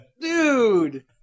Dude